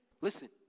Listen